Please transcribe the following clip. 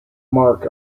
mark